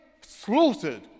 slaughtered